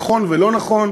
נכון ולא נכון,